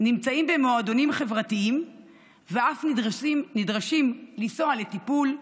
נמצאים במועדונים חברתיים ואף נדרשים לנסוע לטיפול,